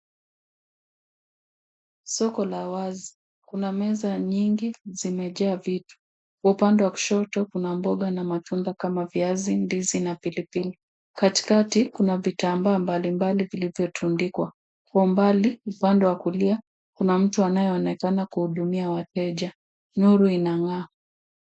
Soko la wazi, kuna meza nyingi zimeekewa vitu. Kwa upande wa kushoto luna mboga na matunda kama viazi, ndizi na pilipili. Katikati kuna vitambaa mbalimbali vilivyotundikwa. Kwa mbali upande wa kulia. Kuna mtu anayeonekana kuhudumia wateja. Nuru inang'aa.